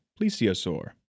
plesiosaur